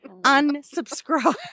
Unsubscribe